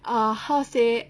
ah how say